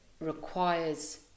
requires